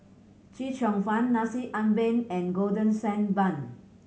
Chee Cheong Fun Nasi Ambeng and Golden Sand Bun